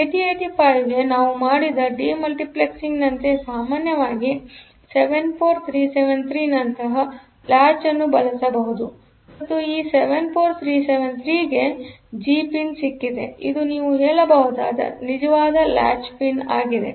8085 ಕ್ಕೆ ನಾವು ಮಾಡಿದ ಡಿ ಮಲ್ಟಿಪ್ಲೆಕ್ಸಿಂಗ್ನಂತೆಯೇ ಸಾಮಾನ್ಯವಾಗಿ 74373 ನಂತಹ ಲಾಚ್ ಅನ್ನು ಬಳಸಬಹುದು ಮತ್ತು ಈ 74373 ಗೆ ಜಿ ಪಿನ್ ಸಿಕ್ಕಿದೆ ಅದುನೀವು ಹೇಳಬಹುದಾದನಿಜವಾದಲಾಚ್ ಪಿನ್ ಆಗಿದೆ